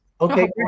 Okay